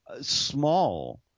small